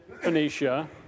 Phoenicia